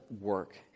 work